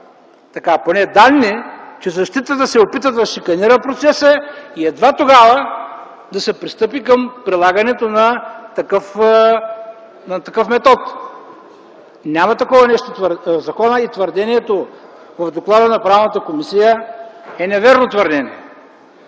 поне данни, че защитата се опитва да шиканира процеса и едва тогава да се пристъпи към прилагането на такъв метод. Няма такова нещо – законът и твърдението в доклада на Правната комисия е невярно.